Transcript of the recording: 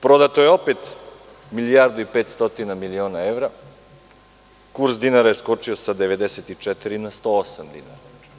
Prodato je opet milijardu i 500 miliona evra, kurs dinara je skočio sa 94 na 108 dinara.